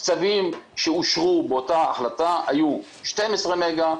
הקצבים שאושרו באותה החלטה היו 12 מגה,